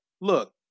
look